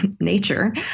nature